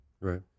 Right